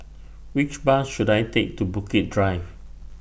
Which Bus should I Take to Bukit Drive